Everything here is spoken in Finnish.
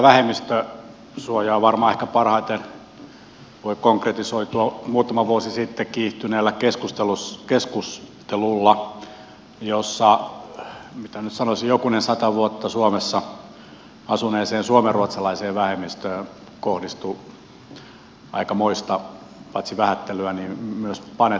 tämä vähemmistösuoja varmaan parhaiten voi konkretisoitua muutama vuosi sitten kiihtyneessä keskustelussa jossa mitä nyt sanoisi jokunen sata vuotta suomessa asuneeseen suomenruotsalaiseen vähemmistöön kohdistui aikamoista paitsi vähättelyä myös panettelua